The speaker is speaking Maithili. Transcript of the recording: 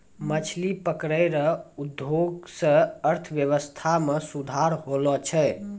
मछली पकड़ै रो उद्योग से अर्थव्यबस्था मे सुधार होलो छै